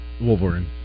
Wolverine